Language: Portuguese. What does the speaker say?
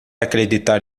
acreditar